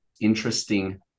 interesting